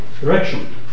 direction